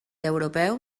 europeu